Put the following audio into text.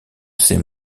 ces